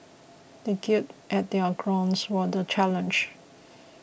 they gird at their loins for the challenge